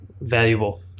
valuable